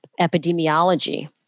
epidemiology